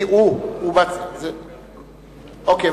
אוקיי.